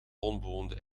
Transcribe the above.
onbewoonde